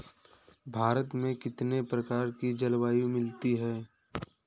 भारत में कितनी प्रकार की जलवायु मिलती है?